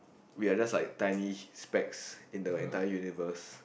we are just like tiny specs in the entire universe